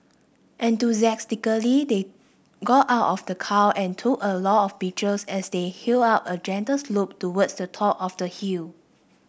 enthusiastically they got out of the car and took a lot of pictures as they up a gentle slope towards the top of the hill